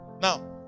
Now